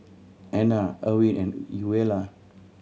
Anner Irwin and Eula